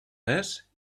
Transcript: res